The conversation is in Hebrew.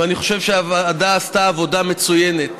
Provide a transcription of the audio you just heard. ואני חושב שהוועדה עשתה עבודה מצוינת.